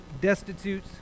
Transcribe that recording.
destitute